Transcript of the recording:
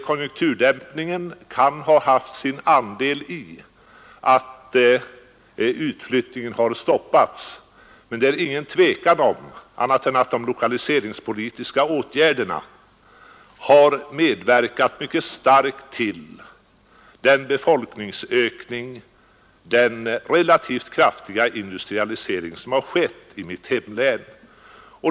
Konjunkturdämpningen kan ha haft sin andel i att utflyttningen har stoppats, men det är ingen tvekan om att de lokaliseringspolitiska åtgärderna har medverkat mycket starkt till befolkningsökningen och den relativt kraftiga industrialisering som har skett i mitt hemlän.